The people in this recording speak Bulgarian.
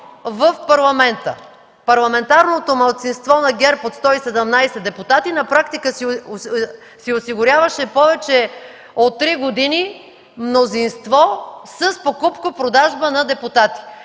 в парламента. Парламентарното малцинство на ГЕРБ от 117 депутати на практика си осигуряваше повече от три години мнозинство с покупко-продажба на депутати.